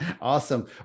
Awesome